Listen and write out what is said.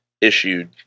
issued